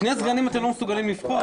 שני סגנים אתם לא מסוגלים לבחור?